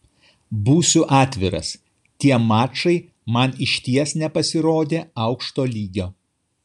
būsiu atviras tie mačai man išties nepasirodė aukšto lygio